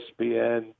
ESPN